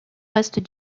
reste